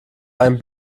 einen